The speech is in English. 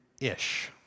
Ish